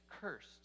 cursed